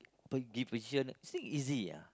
po~ give position you think easy ah